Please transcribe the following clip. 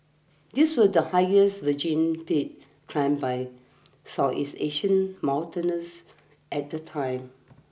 these were the highest virgin peaks climbed by Southeast Asian mountaineers at the time